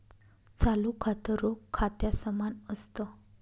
चालू खातं, रोख खात्या समान असत